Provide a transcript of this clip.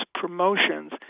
promotions